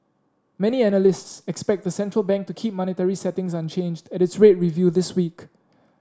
many analysts expect the central bank to keep monetary settings unchanged at its rate review this week